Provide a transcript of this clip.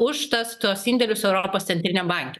už tas tuos indėlius europos centriniam banke